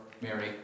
Mary